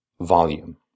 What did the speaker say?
volume